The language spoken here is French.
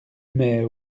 mais